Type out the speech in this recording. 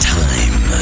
time